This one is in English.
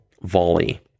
volley